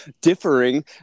Differing